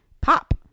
pop